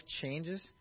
changes